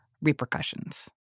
repercussions